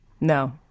No